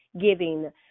giving